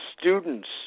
students